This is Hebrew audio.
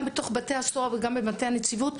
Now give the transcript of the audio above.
גם בתוך בתי הסוהר וגם בתוך מטה הנציבות,